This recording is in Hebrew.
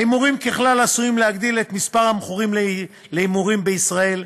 ההימורים ככלל עשויים להגדיל את מספר המכורים להימורים בישראל,